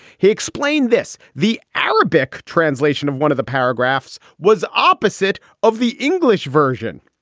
he explained this the arabic translation of one of the paragraphs was opposite of the english version,